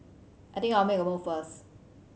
I think I'll make a move first